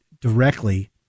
directly